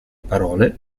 parole